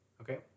Okay